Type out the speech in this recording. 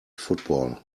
football